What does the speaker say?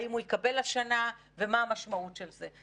האם הוא יקבל השנה ומה המשמעות של זה.